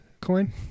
Coin